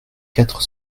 quatre